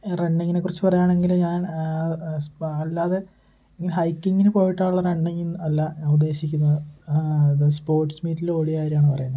റണ്ണിങ്ങിനെക്കുറിച്ച് പറയാണെങ്കില് ഞാൻ സ്പ അല്ലാതെ ഇങ്ങനെ ഹൈക്കിങ്ങിന് പോയിട്ടുള്ള റണ്ണിങ്ങ് അല്ല ഞാൻ ഉദ്ദേശിക്കുന്നത് അത് സ്പോർട്സ് മീറ്റില് ഓടിയ കാര്യമാണ് പറയുന്നത്